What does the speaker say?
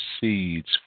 seeds